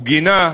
הוא גינה,